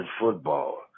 football